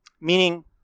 Meaning